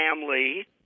family